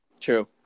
True